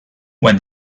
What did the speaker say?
when